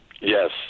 Yes